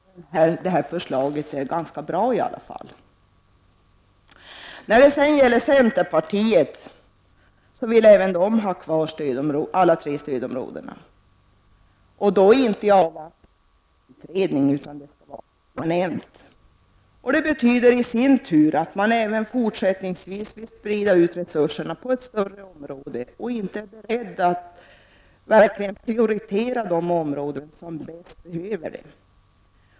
Om uppfattningen ligger någonstans mitt emellan, kanske förslaget egentligen är ganska bra. Även centerpartiet vill ha kvar alla tre stödområdena, och då inte i avvaktan på någon utredning, utan permanent. Det betyder i sin tur att man även fortsättningsvis vill sprida ut resurserna på ett större område och inte är beredd att verkligen prioritera de områden som bäst behöver det.